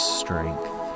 strength